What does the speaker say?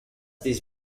this